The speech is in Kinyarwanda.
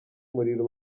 umuriro